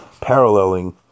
paralleling